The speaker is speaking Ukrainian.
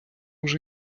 вже